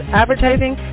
advertising